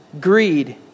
greed